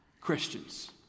Christians